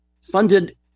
funded